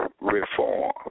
reform